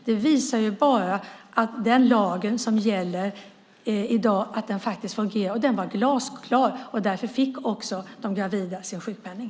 Det visar ju att den lag som gäller i dag faktiskt fungerar. Den var glasklar, och därför fick också de gravida sin sjukpenning.